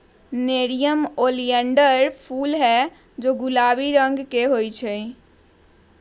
nerium oleander फूल हैं जो गुलाबी रंग के होबा हई